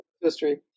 history